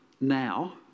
now